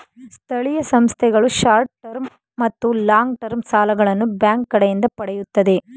ಸ್ಥಳೀಯ ಸಂಸ್ಥೆಗಳು short term ಮತ್ತು ಲಾಂಗ್ ಟರ್ಮ್ ಸಾಲಗಳನ್ನು ಬ್ಯಾಂಕ್ ಕಡೆಯಿಂದ ಪಡೆಯುತ್ತದೆ